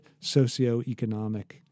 socioeconomic